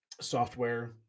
software